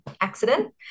accident